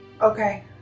Okay